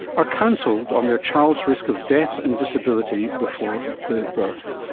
are counselled on their child's risk of death and disability before the birth,